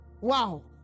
wow